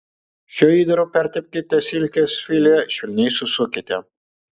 šiuo įdaru pertepkite silkės filė švelniai susukite